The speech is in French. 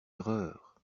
erreur